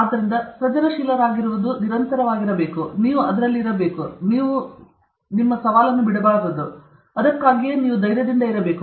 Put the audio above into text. ಆದ್ದರಿಂದ ಸೃಜನಶೀಲರಾಗಿರುವುದು ನಿರಂತರವಾಗಿರಬೇಕು ನೀವು ಅದರಲ್ಲಿ ಇರಬೇಕು ನೀವು ಸರಿ ಬಿಡಬಾರದು ಅದಕ್ಕಾಗಿಯೇ ನೀವು ಧೈರ್ಯದಿಂದ ಇರಬೇಕು